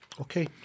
Okay